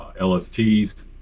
LSTs